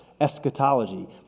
Eschatology